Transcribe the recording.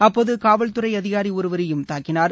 அப்போது காவல்துறை அதிகாரி ஒருவரையும் தாக்கினார்